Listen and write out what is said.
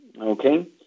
Okay